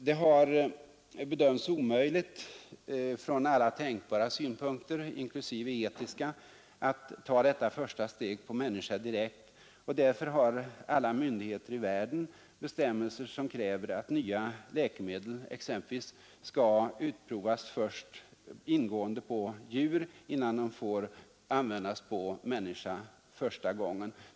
Det har bedömts som omöjligt från alla tänkbara synpunkter, inklusive etiska, att ta detta första steg på människa direkt, och därför har alla ansvariga myndigheter i världen bestämmelser som kräver exempelvis att nya läkemedel först skall ingående prövas på djur, innan de får användas på människa första gången.